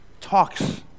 talks